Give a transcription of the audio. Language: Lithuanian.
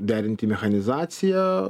derinti mechanizaciją